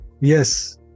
Yes